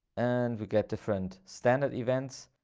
and we get different standard events.